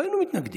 לא היינו מתנגדים.